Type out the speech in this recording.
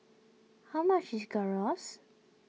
how much is Gyros